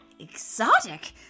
exotic